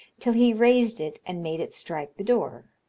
till he raised it and made it strike the door.